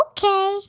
Okay